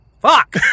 fuck